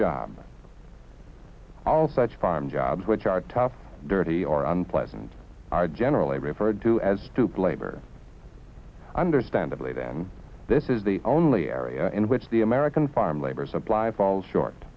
job all such farm jobs which are tough dirty or unpleasant are generally referred to as to play very understandably then this is the only area in which the american farm labor supply falls short